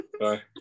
Bye